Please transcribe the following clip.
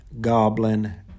Goblin